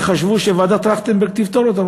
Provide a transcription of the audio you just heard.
וחשבו שוועדת טרכטנברג תפתור אותן,